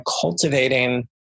cultivating